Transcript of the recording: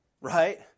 Right